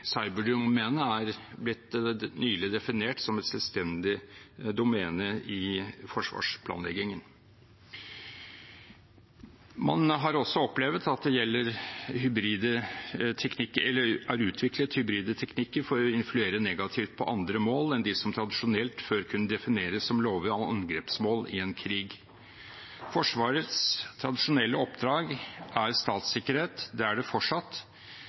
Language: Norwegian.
cyberdomenet nylig er blitt definert som et selvstendig domene i forsvarsplanlegging. Man har også opplevet at det er utviklet hybride teknikker for å influere negativt på andre mål enn dem som tradisjonelt før kunne defineres som lovlige angrepsmål i en krig. Forsvarets tradisjonelle oppdrag er statssikkerhet. Det er det fortsatt.